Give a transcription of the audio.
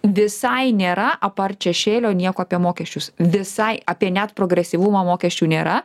visai nėra apart šešėlio nieko apie mokesčius visai apie net progresyvumą mokesčių nėra